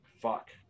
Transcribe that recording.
fuck